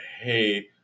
hey